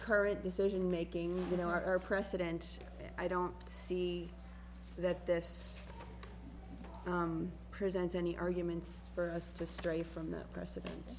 current decision making you know our president i don't see that this presents any arguments for us to stray from the president